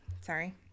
Sorry